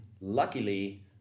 Luckily